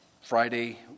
Friday